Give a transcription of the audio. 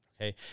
okay